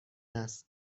است